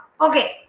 Okay